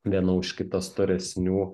viena už kitą storesnių